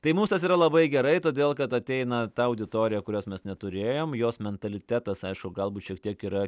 tai mums tas yra labai gerai todėl kad ateina ta auditorija kurios mes neturėjom jos mentalitetas aišku galbūt šiek tiek yra